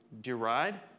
deride